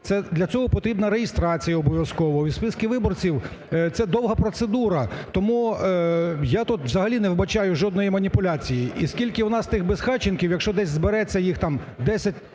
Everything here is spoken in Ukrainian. для цього потрібна реєстрація обов'язково і в списки виборців – це довга процедура. Тому я тут взагалі не вбачаю жодної маніпуляції. І скільки у нас тих безхатченків, якщо десь збереться їх там 10